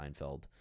Seinfeld